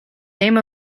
name